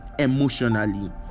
emotionally